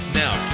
now